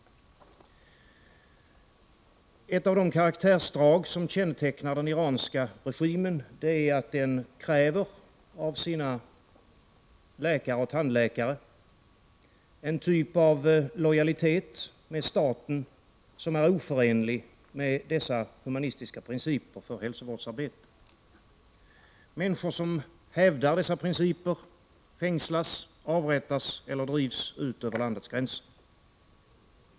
Ett av de karaktärsdrag som kännetecknar den iranska regimen är att den av sina läkare och tandläkare kräver en typ av lojalitet med staten som är oförenlig med dessa humanistiska principer för hälsovårdsarbetet. Människor som hävdar dessa principer fängslas, avrättas eller drivs ut över landets gränser.